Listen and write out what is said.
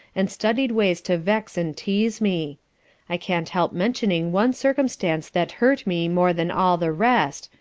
and studied ways to vex and teaze me i can't help mentioning one circumstance that hurt me more than all the rest,